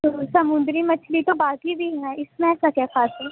تو ویسا مچھلی تو باقی بھی ہیں اس میں ایسا کیا خاص ہے